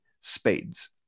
spades